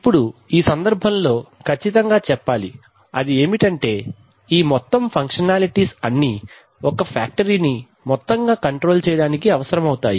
ఇప్పుడు ఈ సందర్భం లో కచ్చితంగా చెప్పాలి అది ఏమిటంటే ఈ మొత్తం ఫంక్షనాలిటీస్ అన్ని ఒక ఫ్యాక్టరీని మొత్తంగా కంట్రోల్ చేయడానికి అవసరమవుతాయి